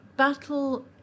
Battle